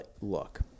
look